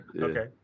okay